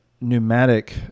pneumatic